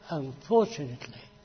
unfortunately